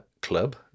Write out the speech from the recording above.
club